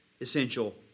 essential